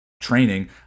training